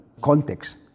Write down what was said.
context